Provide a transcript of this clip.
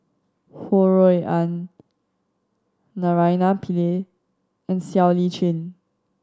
Ho Rui An Naraina Pillai and Siow Lee Chin